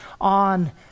on